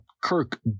Kirk